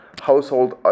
household